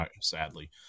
sadly